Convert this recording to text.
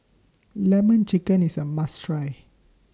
Lemon Chicken IS A must Try